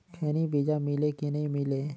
खैनी बिजा मिले कि नी मिले?